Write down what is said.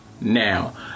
Now